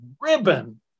ribbon